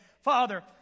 Father